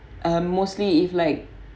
um mostly if like